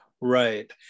right